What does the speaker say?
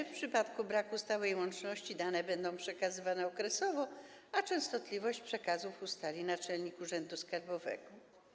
W przypadku braku stałej łączności dane będą przekazywane okresowo, a częstotliwość przekazów ustali naczelnik urzędu skarbowego.